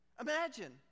Imagine